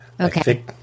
Okay